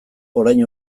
orain